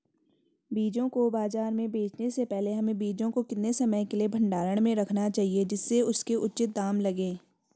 बीजों को बाज़ार में बेचने से पहले हमें बीजों को कितने समय के लिए भंडारण में रखना चाहिए जिससे उसके उचित दाम लगें?